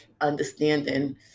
understanding